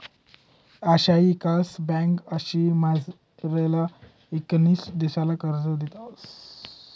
आशियाई ईकास ब्यांक आशियामझारला ईकसनशील देशसले कर्ज देतंस